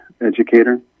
educator